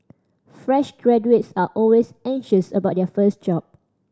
fresh graduates are always anxious about their first job